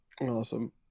awesome